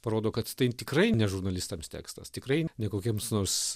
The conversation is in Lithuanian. parodo kad tai tikrai ne žurnalistams tekstas tikrai ne kokiems nors